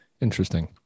interesting